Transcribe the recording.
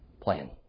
plan